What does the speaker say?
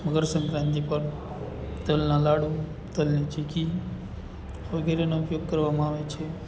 મકરસંક્રાંતિ પર તલનાં લાડુ તલની ચિક્કી વગેરેનો ઉપયોગ કરવામાં આવે છે